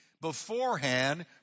beforehand